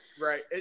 Right